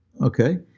Okay